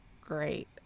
great